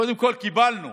קודם כול, קיבלנו